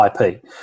IP